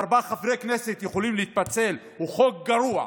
וארבעה חברי כנסת יכולים להתפצל הוא חוק גרוע.